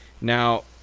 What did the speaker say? Now